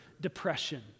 depression